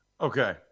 Okay